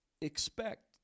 Expect